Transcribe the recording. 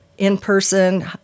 in-person